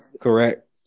Correct